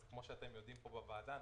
אז כפי שאתם יודעים פה בוועדה,